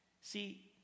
See